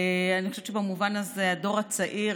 אני חושבת שבמובן הזה, הדור הצעיר